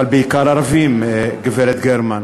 גם יהודים, אבל בעיקר ערבים, גברת גרמן.